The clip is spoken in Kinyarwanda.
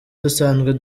dusanzwe